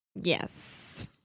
Yes